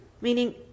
meaning